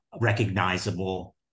recognizable